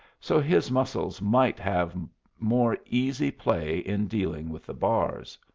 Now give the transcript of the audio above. so his muscles might have more easy play in dealing with the bars.